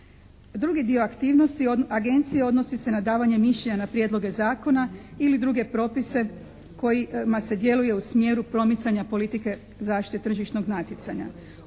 Drugi dio aktivnosti agencije odnosi se na davanje mišljenja na prijedloge zakona ili druge propise kojima se djeluje u smjeru promicanja politike zaštite tržišnog natjecanja.